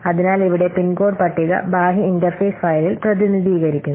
അതിനാൽ ഇവിടെ pin code പട്ടിക ബാഹ്യ ഇന്റർഫേസ് ഫയലിൽ പ്രതിനിധീകരിക്കുന്നു